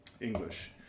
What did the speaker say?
English